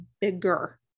bigger